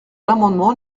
l’amendement